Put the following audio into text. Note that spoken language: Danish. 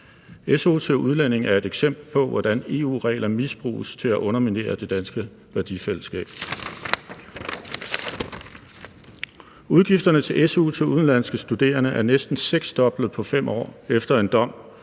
Su til udlændinge er et eksempel på, hvordan EU-regler misbruges til at underminere det danske værdifællesskab. Udgifterne til su til udenlandske studerende er næsten seksdoblet på 5 år, efter at en